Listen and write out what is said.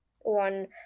one